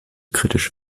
kritisch